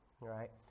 right